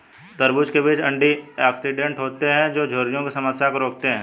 तरबूज़ के बीज एंटीऑक्सीडेंट होते है जो झुर्रियों की समस्या को रोकते है